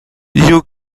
you